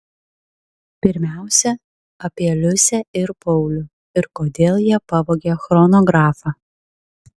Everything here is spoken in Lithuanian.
pirmiausia apie liusę ir paulių ir kodėl jie pavogė chronografą